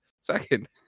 Second